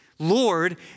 Lord